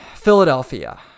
Philadelphia